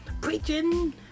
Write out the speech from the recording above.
preaching